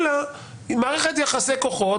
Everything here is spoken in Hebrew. אלא היא מערכת יחסי כוחות.